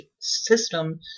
system